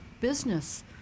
business